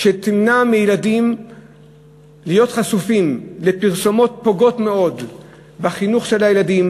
שימנעו מילדים להיות חשופים לפרסומות שפוגעות מאוד בחינוך של הילדים,